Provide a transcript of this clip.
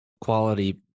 quality